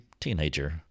teenager